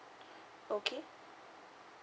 okay